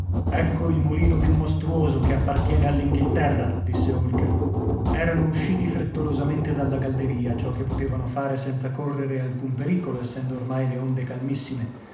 ecco il mulino più mostruoso che appartiene all'inghilterra disse holker erano usciti frettolosamente dalla galleria ciò che potevano fare senza correre alcun pericolo essendo ormai le onde calmissime